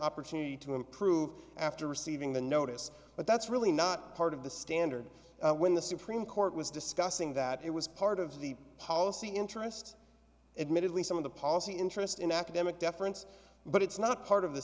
opportunity to improve after receiving the notice but that's really not part of the standard when the supreme court was discussing that it was part of the policy interest admittedly some of the policy interest in academic deference but it's not part of the